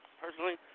personally